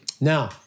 Now